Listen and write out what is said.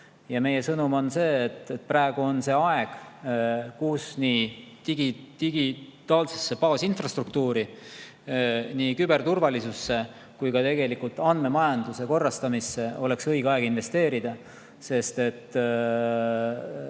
Meie sõnum on, et praegu on see aeg, kus nii digitaalsesse baasinfrastruktuuri, nii küberturvalisusse kui ka andmemajanduse korrastamisse on õige aeg investeerida, sest need